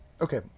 Okay